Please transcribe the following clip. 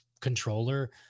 controller